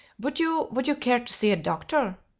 would you would you care to see a doctor?